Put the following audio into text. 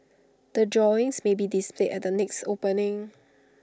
the drawings may be displayed at the next opening